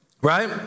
Right